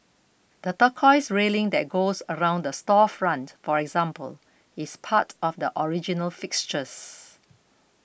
the turquoise railing that goes around the storefront for example is part of the original fixtures